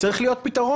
צריך להיות פתרון.